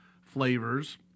flavors